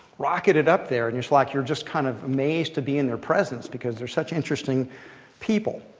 rocketed up there. and you're like you're just kind of amazed to be in their presence because they're such interesting people.